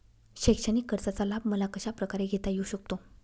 शैक्षणिक कर्जाचा लाभ मला कशाप्रकारे घेता येऊ शकतो?